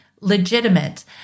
legitimate